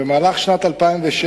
1 3. במהלך שנת 2006,